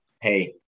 hey